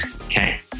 Okay